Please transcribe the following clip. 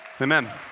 Amen